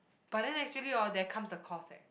but then actually hor there comes the cost eh